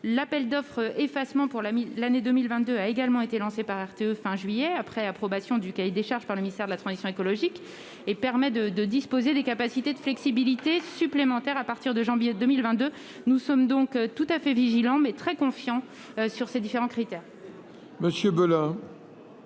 l'appel d'offres effacement pour l'année 2022 a été lancé par RTE fin juillet, après approbation du cahier des charges par le ministère de la transition écologique. Il nous autorise à disposer de capacités de flexibilité supplémentaires à partir de janvier 2022. Nous sommes donc tout à fait vigilants, mais très confiants sur ces différents critères.